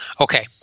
Okay